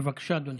בבקשה, אדוני.